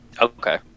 Okay